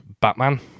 Batman